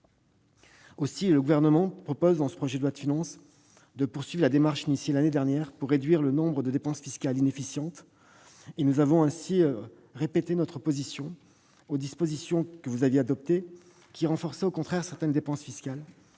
Aussi le Gouvernement propose-t-il dans ce projet de loi de finances de poursuivre la démarche initiée l'année dernière pour réduire le nombre de dépenses fiscales inefficientes. Nous avons ainsi renouvelé notre opposition aux dispositions que vous avez adoptées et qui visaient au contraire à renforcer certaines dépenses fiscales.